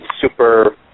super